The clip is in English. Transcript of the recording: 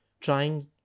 trying